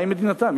מהי מדינתם?